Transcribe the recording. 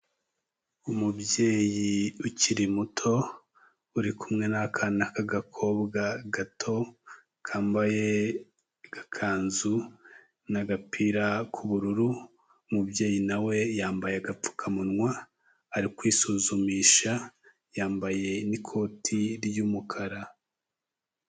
Umubyeyi ukiri muto, uri kumwe n'akana k'agakobwa gato, kambaye agakanzu n'agapira k'ubururu, umubyeyi na we yambaye agapfukamunwa, ari kwisuzumisha, yambaye n'ikoti ry'umukara.